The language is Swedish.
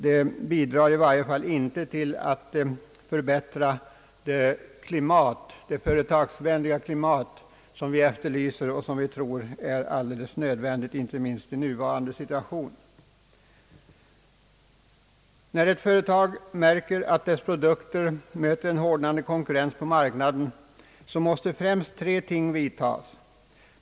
Det bidrar i varje fall inte till att förbättra det företagsvänliga klimat som vi efterlyser och som vi tror är alldeles nödvändigt inte minst i nuvarande situation. När ett företag märker att dess produkter möter en hårdnande konkurrens på marknaden måste främst tre ting vidtagas.